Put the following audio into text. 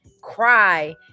cry